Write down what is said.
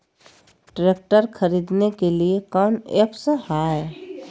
Tractor खरीदने के लिए कौन ऐप्स हाय?